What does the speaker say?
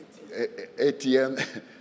ATM